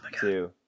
two